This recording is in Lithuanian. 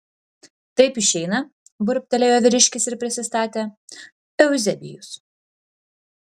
taip išeina burbtelėjo vyriškis ir prisistatė euzebijus